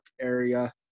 area